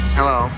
Hello